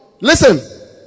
Listen